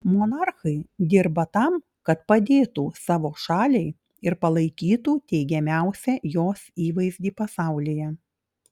monarchai dirba tam kad padėtų savo šaliai ir palaikytų teigiamiausią jos įvaizdį pasaulyje